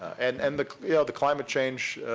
and and the the climate change